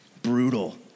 Brutal